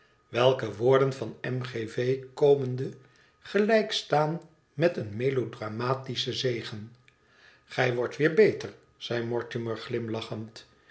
welke woorden van m g v komende gelijk staan met een melodramatischen zegen gij wordt weer beter zei mortimer glimlachend